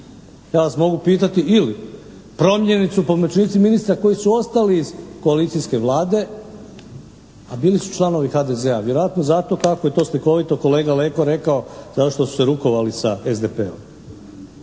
Ja vas mogu pitati ili promijenjeni su pomoćnici ministara koji su ostali iz koalicijske Vlade, a bili su članovi HDZ-a. Vjerojatno zato kako je to slikovito kolega Leko rekao zato što su se rukovali sa SDP-om.